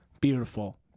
Beautiful